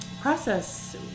process